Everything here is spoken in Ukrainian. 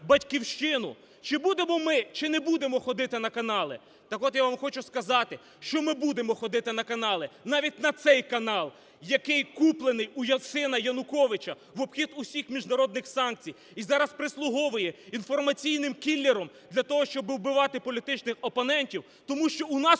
"Батьківщину": чи будемо ми, чи не будемо ходити на канали? Так от, я вам хочу сказати, що ми будемо ходити на канали, навіть на цей канал, який куплений у сина Януковича в обхід усіх міжнародних санкцій і зараз прислуговує інформаційним кілером для того, щоби вбивати політичних опонентів, тому що у нас,